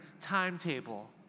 timetable